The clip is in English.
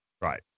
Right